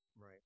Right